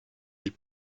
ils